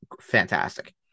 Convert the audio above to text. Fantastic